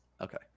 Okay